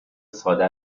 ساده